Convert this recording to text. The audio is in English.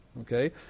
okay